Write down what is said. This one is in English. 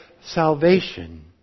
salvation